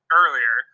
earlier